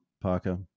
parker